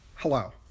Hello